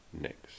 next